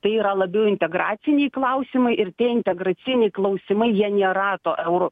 tai yra labiau integraciniai klausimai ir tie integraciniai klausimai jie nėra to euro